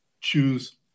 choose